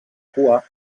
cua